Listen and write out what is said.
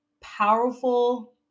powerful